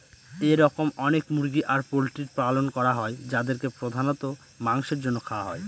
এরকম অনেক মুরগি আর পোল্ট্রির পালন করা হয় যাদেরকে প্রধানত মাংসের জন্য খাওয়া হয়